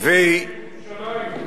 לכן היא לא בונה בירושלים.